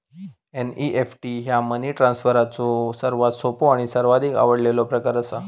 NEFT ह्या money ट्रान्सफरचो सर्वात सोपो आणि सर्वाधिक आवडलेलो प्रकार असा